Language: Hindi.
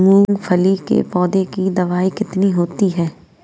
मूंगफली के पौधे की लंबाई कितनी होती है?